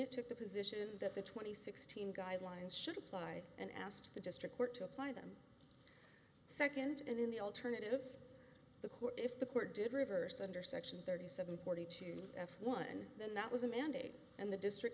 it took the position that the twenty sixteen guidelines should apply and asked the district court to apply them second in the alternative the court if the court did reverse under section thirty seven forty two one then that was a mandate and the district